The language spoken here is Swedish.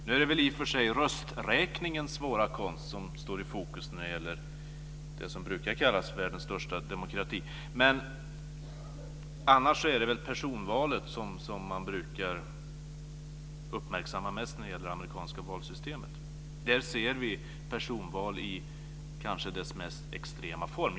Nu är det i och för sig rösträkningens svåra konst som står i fokus när det gäller det som brukar kallas världens största demokrati, men annars är det väl personvalet som man mest brukar uppmärksamma i det amerikanska valsystemet. Där ser vi personval i dess kanske mest extrema form.